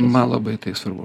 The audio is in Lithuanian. man labai tai svarbu